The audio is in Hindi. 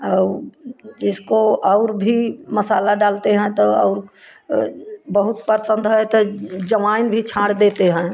अऊ जिसको और भी मसाला डालते हैं तो और बहुत पसंद है तो अजवाइन भी छाँड़ देते हैं